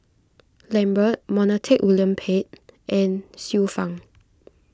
Lambert Montague William Pett and Xiu Fang